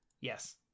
Yes